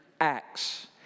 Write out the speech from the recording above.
acts